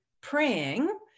praying